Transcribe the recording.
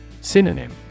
Synonym